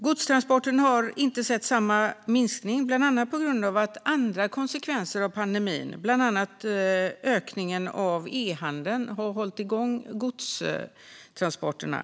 Godstransporterna har inte sett samma minskning, bland annat på grund av att andra konsekvenser av pandemin, till exempel ökningen av ehandeln, har hållit igång godstransporterna.